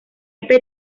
esta